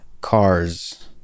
Cars